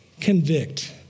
convict